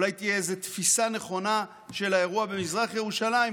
אולי תהיה תפיסה נכונה של האירוע במזרח ירושלים.